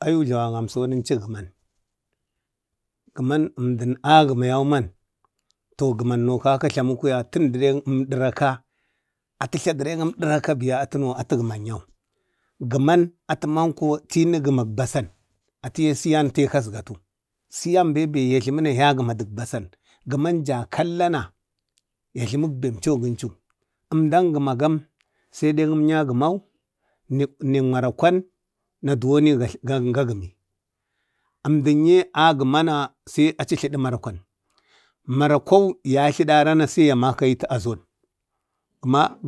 Ayu jlawagamso nunchu gəman gəman, əmdən a gəma yauman to gəmanno kaka jlamu yauman, tən dəreŋ əmɗaraka, atəman atu gəman yau, gəman atəman ko tini gəmak besan. Atəye siyan teka asgatu, siyambe ya gəmadək lasan. Siyan ja kallana ya jlamak bemcho gənchu. Ʒmdan gamagam sai ɗeŋ əmnya gəmau ɗeŋ marakwanna duwonin gaŋga gəmi. Ʒmdənye ya gamana sai achi tlədə marakwan, ya tladarana sai ya maketu zon